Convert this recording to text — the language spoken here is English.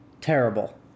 terrible